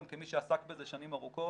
גם כמי שעסק בזה שנים רבות,